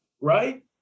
right